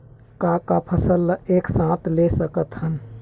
का का फसल ला एक साथ ले सकत हन?